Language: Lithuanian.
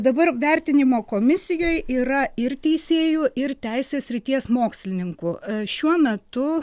dabar vertinimo komisijoj yra ir teisėjų ir teisės srities mokslininkų šiuo metu